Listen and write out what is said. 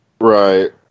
right